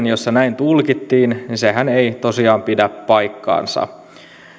jossa näin tulkittiin ei tosiaan pidä paikkaansa